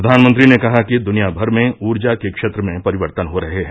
प्रधानमंत्री ने कहा कि दुनिया भर में ऊर्जा के क्षेत्र में परिवर्तन हो रहे हैं